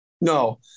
No